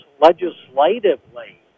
legislatively